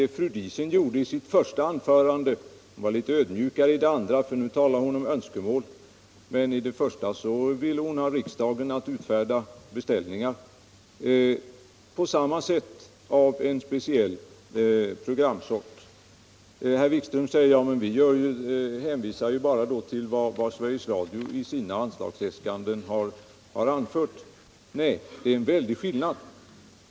Fru Diesen var litet ädmjukare i sitt andra anförande. Nu talade hon om önskemål. I det första anförandet ville hon ha riksdagen att utfärda beställningar av en speciell programsort. Herr Wikström säger att hans meningsfränder bara hänvisar till vad Sveriges Radio i sina anslagsäskanden har framfört. Det är en väldig skillnad!